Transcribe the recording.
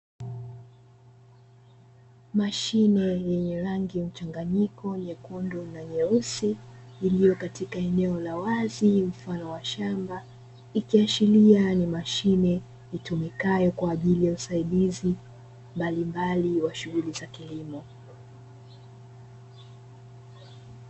Mashine yenye rangi mchanganyiko nyekundu na nyeusi iliyo katika eneo la wazi mfano wa shamba ikiashiria ni mashine itumikayo kwa ajili ya usaidizi mbalimbali wa shughuli zake kilimo.